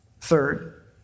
Third